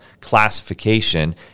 classification